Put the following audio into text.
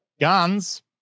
guns